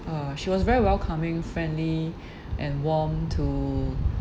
uh she was very welcoming friendly and warm to